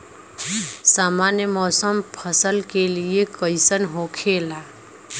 सामान्य मौसम फसल के लिए कईसन होखेला?